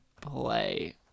play